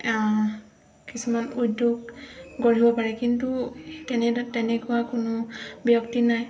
কিছুমান উদ্যোগ গঢ়িব পাৰে কিন্তু তেনে তেনেকুৱা কোনো ব্যক্তি নাই